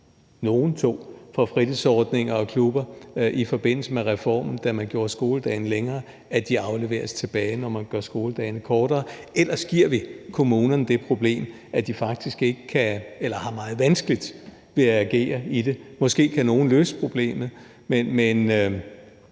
nogle tog – fra fritidsordninger og klubber i forbindelse med reformen, da man gjorde skoledagene længere, afleveres tilbage, når man gør skoledagene kortere. Ellers giver vi kommunerne det problem, at de faktisk ikke kan agere eller har meget vanskeligt ved at agere i det. Måske kan nogle løse problemet, men